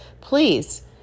please